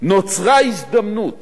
נוצרה הזדמנות